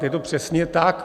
Je to přesně tak!